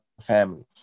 family